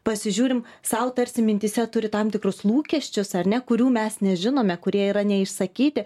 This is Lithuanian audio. pasižiūrim sau tarsi mintyse turi tam tikrus lūkesčius ar ne kurių mes nežinome kurie yra neišsakyti